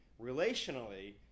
relationally